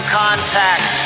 contact